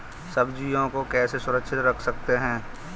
सब्जियों को कैसे सुरक्षित रख सकते हैं?